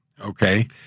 okay